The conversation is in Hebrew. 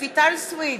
רויטל סויד,